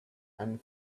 and